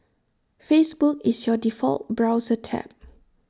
Facebook is your default browser tab